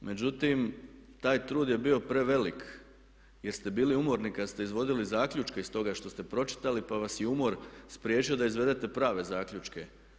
Međutim, taj trud je bio prevelik jer ste bili umorni kad ste izvodili zaključke iz toga što ste pročitali pa vas je umor spriječio da izvedete prave zaključke.